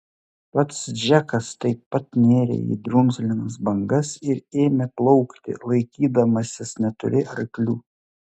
pats džekas taip pat nėrė į drumzlinas bangas ir ėmė plaukti laikydamasis netoli arklių